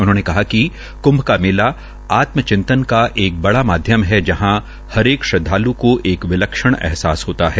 उन्होंने कहा कि क्ंभ का मेला आत्म चिंतन का बड़ा माध्यम है जहां हरेक श्रद्वाल् को अपनी विलसण अहसास होता है